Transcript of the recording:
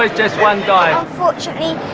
like just one dive. unfortunately,